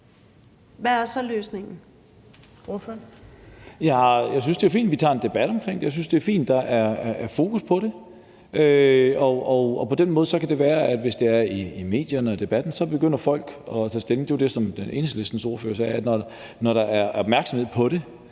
Mathiesen (NB): Jeg synes, det er fint, vi tager en debat om det, og jeg synes, det er fint, at der er fokus på det, og på den måde kan det være, at folk, hvis det er i medierne og i debatten, begynder at tage stilling. Det var det, Enhedslistens ordfører sagde. Når der er opmærksomhed på det,